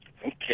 Okay